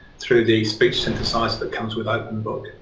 through the speech synthesiser that comes with openbook.